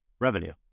revenue